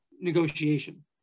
negotiation